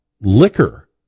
liquor